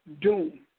doom